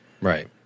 Right